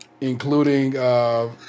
Including